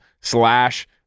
slash